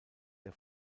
der